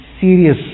serious